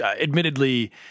admittedly